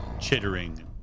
chittering